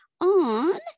on